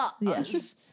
Yes